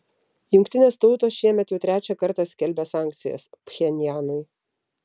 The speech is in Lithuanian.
jungtinės tautos šiemet jau trečią kartą skelbia sankcijas pchenjanui